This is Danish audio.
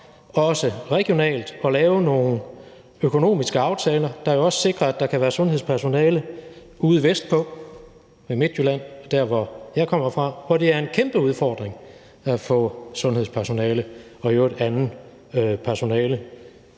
også regionalt at lave nogle økonomiske aftaler, der jo også sikrer, at der kan være sundhedspersonale ude vestpå, i Midtjylland, der, hvor jeg kommer fra, hvor det er en kæmpe udfordring at få sundhedspersonale og i øvrigt andet personale